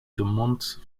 dumont